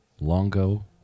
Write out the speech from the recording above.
longo